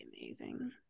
amazing